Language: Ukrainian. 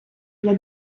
для